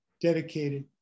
dedicated